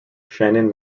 shannon